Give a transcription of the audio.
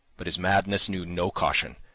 but his madness knew no caution.